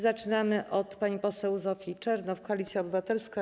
Zaczynamy od pani poseł Zofii Czernow, Koalicja Obywatelska.